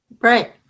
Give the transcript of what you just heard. Right